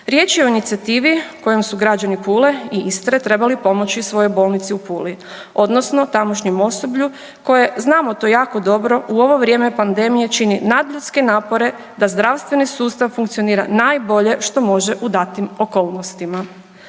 Riječ je o inicijativi kojom su građani Pule i Istre trebali pomoći svojoj Bolnici u Puli odnosno tamošnjem osoblju koje znamo to jako dobro u ovo vrijeme pandemije čini nadljudske napore da zdravstveni sustav funkcionira najbolje što može u datim okolnostima.